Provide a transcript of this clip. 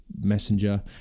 Messenger